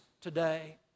today